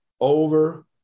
over